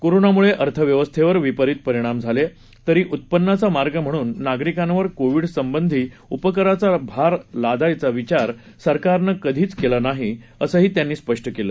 कोरोनामुळेअर्थव्यवस्थेवरविपरितपरिणामझाले तरीउत्पन्नाचामार्गम्हणूननागरिकांवरकोविडसंबंधीउपकराचाभारलादायचाविचारसरकारनंकधीचकेलानाहीअसंत्यांनीस्पष्टकेलं